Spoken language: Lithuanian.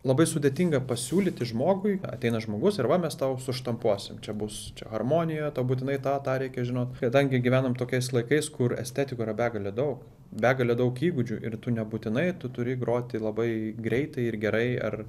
labai sudėtinga pasiūlyti žmogui ateina žmogus ir va mes tau suštampuosim čia bus harmonija tau būtinai tą tą reikia žinot kadangi gyvenam tokiais laikais kur estetikų yra begalė daug begalė daug įgūdžių ir tu nebūtinai tu turi groti labai greitai ir gerai ar